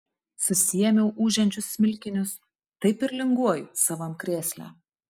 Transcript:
susiėmiau ūžiančius smilkinius taip ir linguoju savam krėsle